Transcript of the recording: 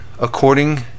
according